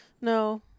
No